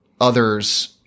others